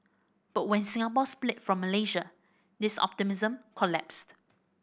but when Singapore split from Malaysia this optimism collapsed